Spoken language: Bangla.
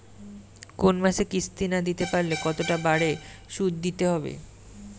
কোন মাসে কিস্তি না দিতে পারলে কতটা বাড়ে সুদ দিতে হবে?